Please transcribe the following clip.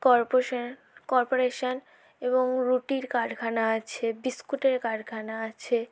corporation corporation এবং রুটির কারখানা আছে বিস্কুটের কারখানা আছে